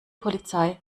polizei